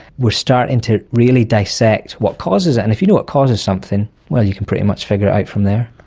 we are starting to really dissect what causes it, and if you know what causes something, well, you can pretty much figure it out from there.